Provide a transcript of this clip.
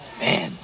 Man